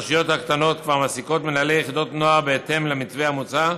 הרשויות הקטנות כבר מעסיקות מנהלי יחידות נוער בהתאם למתווה המוצע,